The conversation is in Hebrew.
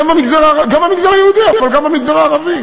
גם במגזר היהודי, אבל גם במגזר הערבי.